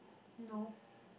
no